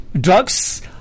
drugs